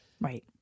Right